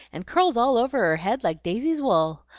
and curls all over her head like daisy's wool.